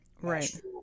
right